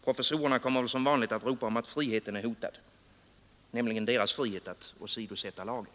Professorerna kommer väl som vanligt att ropa om att friheten är hotad — nämligen deras frihet att åsidosätta lagen.